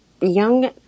young